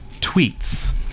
tweets